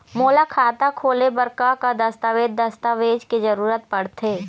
मोला खाता खोले बर का का दस्तावेज दस्तावेज के जरूरत पढ़ते?